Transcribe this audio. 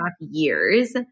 years